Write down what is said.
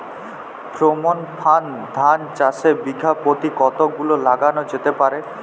Pheromone ফাঁদ ধান চাষে বিঘা পতি কতগুলো লাগানো যেতে পারে?